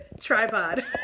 tripod